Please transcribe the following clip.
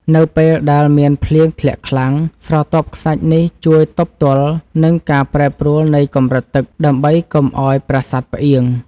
នៅពេលដែលមានភ្លៀងធ្លាក់ខ្លាំង ស្រទាប់ខ្សាច់នេះជួយទប់ទល់នឹងការប្រែប្រួលនៃកម្រិតទឹក ដើម្បីកុំឱ្យប្រាសាទផ្អៀង។